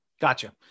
Gotcha